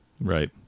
Right